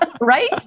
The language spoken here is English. right